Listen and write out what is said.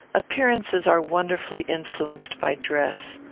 appearances are wonderfully influenced by dress.